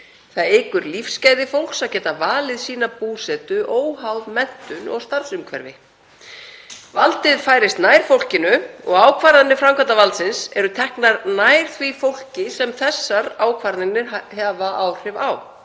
Það eykur lífsgæði fólks að geta valið sína búsetu óháð menntun og starfsumhverfi. Valdið færist nær fólkinu og ákvarðanir framkvæmdarvaldsins eru teknar nær því fólki sem þessar ákvarðanir hafa áhrif á.